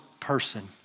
person